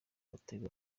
gatebe